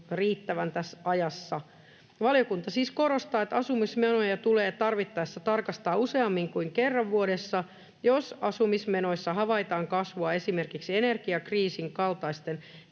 riittävän tässä ajassa. Valiokunta siis korostaa, että asumismenoja tulee tarvittaessa tarkastaa useammin kuin kerran vuodessa, jos asumismenoissa havaitaan kasvua esimerkiksi energiakriisin kaltaisten